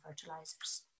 fertilizers